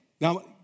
Now